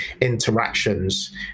interactions